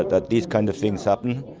that these kinds of things happen.